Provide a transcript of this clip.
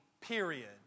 period